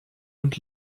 und